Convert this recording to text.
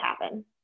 happen